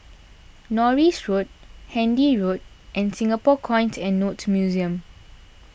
Norris Road Handy Road and Singapore Coins and Notes Museum